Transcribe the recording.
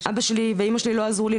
אבא שלי ואימא שלי לא עזרו לי.